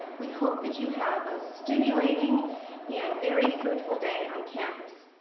we hope that you have a stimulating and very fruitful day on campus.